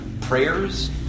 prayers